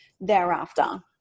thereafter